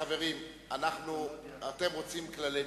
חברי הכנסת,